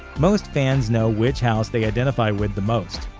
most fans know which house they identify with the most.